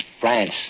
France